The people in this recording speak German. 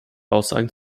aussagen